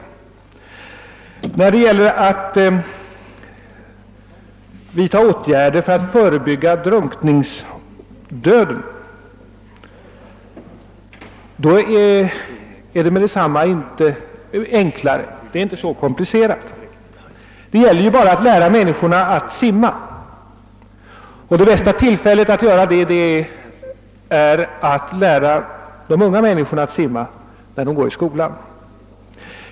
Men när det gäller att vidtaga åtgärder för att förebygga drunkningsdöden är det inte lika komplicerat. Det gäller ju bara att lära människorna att simma, och det bästa är att lära de unga människorna att simma när de går i skolan.